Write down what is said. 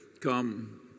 come